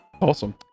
Awesome